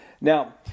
Now